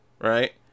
Right